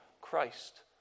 Christ